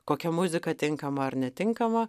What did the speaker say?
kokia muzika tinkama ar netinkama